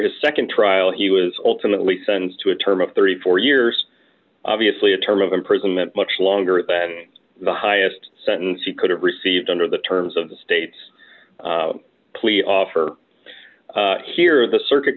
his nd trial he was ultimately sons to a term of thirty four years obviously a term of imprisonment much longer than the highest sentence he could have received under the terms of the state's clear offer here the circuit